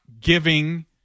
giving